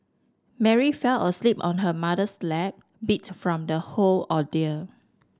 Mary fell asleep on her mother's lap beat from the whole ordeal